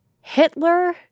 Hitler—